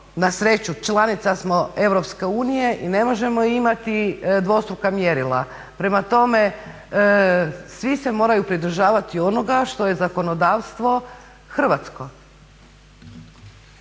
na sreću članica smo Europske unije i ne možemo imati dvostruka mjerila. Prema tome, svi se moraju pridržavati onoga što je zakonodavstvo hrvatsko.